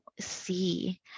see